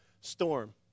storm